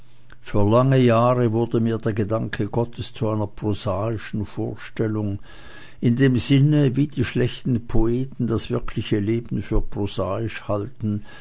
für lange jahre wurde mir der gedanke gottes zu einer prosaischen vorstellung in dem sinne wie die schlechten poeten das wirkliche leben für prosaisch halten